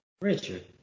Richard